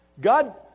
God